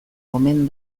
omen